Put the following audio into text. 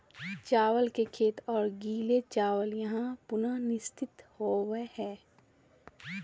चावल के खेत और गीले चावल यहां पुनर्निर्देशित होबैय हइ